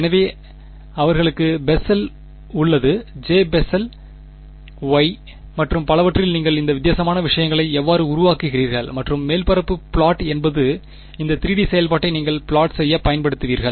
எனவே அவர்களுக்கு பெசல் உள்ளது J பெசல் Y மற்றும் பலவற்றில் நீங்கள் இந்த வித்தியாசமான விஷயங்களை எவ்வாறு உருவாக்குகிறீர்கள் மற்றும் மேற்பரப்பு ப்லாட் என்பது இந்த 3 டி செயல்பாட்டை நீங்கள் ப்லாட் செய்யப் பயன்படுவீர்கள்